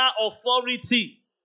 authority